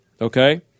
Okay